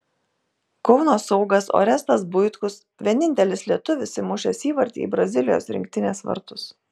kauno saugas orestas buitkus vienintelis lietuvis įmušęs įvartį į brazilijos rinktinės vartus